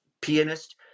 pianist